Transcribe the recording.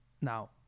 Now